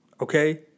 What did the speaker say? Okay